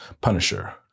Punisher